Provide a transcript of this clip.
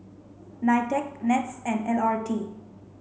NITEC NETS and L R T